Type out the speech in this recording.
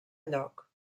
lloc